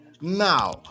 Now